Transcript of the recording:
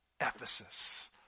Ephesus